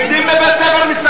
תלמידים בבית-ספר מסתכלים.